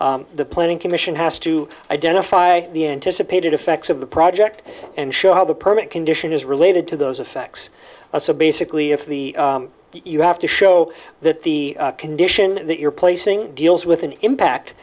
the planning commission has to identify the anticipated effects of the project and show how the permit condition is related to those effects are so basically if the you have to show that the condition that you're placing deals with an impact